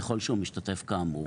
ככל שהוא משתתף כאמור".